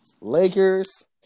Lakers